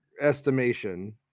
estimation